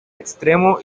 extremo